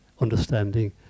understanding